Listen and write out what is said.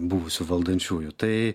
buvusių valdančiųjų tai